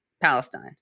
palestine